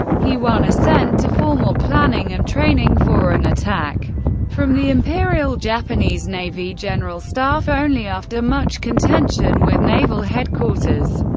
he won assent to formal planning and training for an attack from the imperial japanese navy general staff only after much contention with naval headquarters,